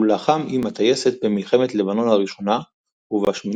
הוא לחם עם הטייסת במלחמת לבנון הראשונה וב-8